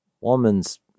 woman's